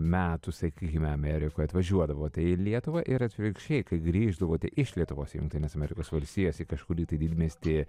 metų sakykime amerikoj atvažiuodavote į lietuvą ir atvirkščiai kai grįždavote iš lietuvos į jungtines amerikos valstijas į kažkurį didmiestį